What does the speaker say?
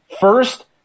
First